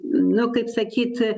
nu kaip sakyt